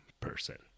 person